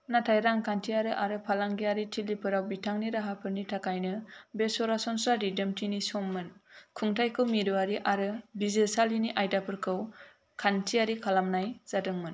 नाथाय रांखान्थियारि आरो फालांगियारि थिलिफोराव बिथांनि राहाफोरनि थाखायनो बे सरासनस्रा दिदोमथिनि सम मोन खुंथाइखौ मिरुवारि आरो बिजिरसालिनि आयदाफोरखौ खान्थियारि खालामनाय जादोंमोन